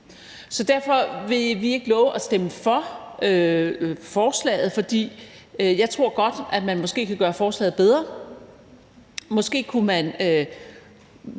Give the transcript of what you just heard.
Så derfor vil vi ikke love at stemme for forslaget, for jeg tror godt, at man måske kan gøre forslaget bedre. Måske kunne man